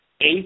eight